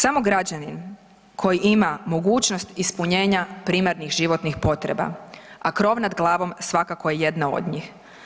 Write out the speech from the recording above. Samo građanin koji ima mogućnost ispunjenja primarnih životnih potreba, a krov nad glavom svakako je jedna od njih.